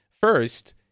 First